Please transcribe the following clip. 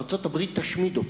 ארצות-הברית תשמיד אותה.